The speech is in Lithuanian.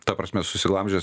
ta prasme susiglamžęs